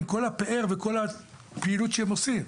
עם כל הפאר ועם כל הפעילות שהם עושים?